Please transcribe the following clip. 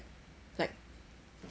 like